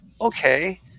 okay